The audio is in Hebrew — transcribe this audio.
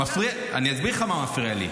אני אסביר לך מה מפריע לי.